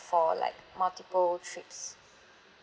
for like multiple trips